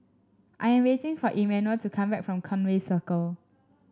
I am waiting for Emanuel to come back from Conway Circle